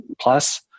plus